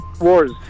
Wars